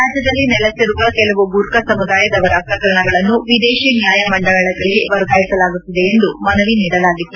ರಾಜ್ಯದಲ್ಲಿ ನೆಲೆಸಿರುವ ಕೆಲವು ಗೂರ್ಖಾ ಸಮುದಾಯದವರ ಪ್ರಕರಣಗಳನ್ನು ವಿದೇಶಿ ನ್ಯಾಯಮಂಡಳಿಗಳಿಗೆ ವರ್ಗಾಯಿಸಲಾಗುತ್ತಿದೆ ಎಂದು ಮನವಿ ನೀಡಲಾಗಿತ್ತು